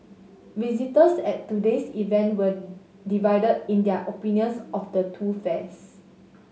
visitors at today's event were divided in their opinions of the two fairs